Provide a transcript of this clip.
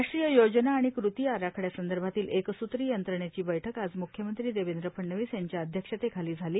राष्ट्रीय योजना आणि कृती आराखड्यासंदर्भातील एकसृत्री यंत्रणेची बैठक आज मुख्यमंत्री देवेंद्र फडणवीस यांच्या अध्यक्षतेखाली झाली